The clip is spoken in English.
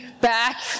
back